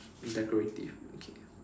decorative okay